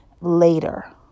later